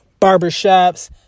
barbershops